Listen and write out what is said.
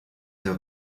der